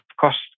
cost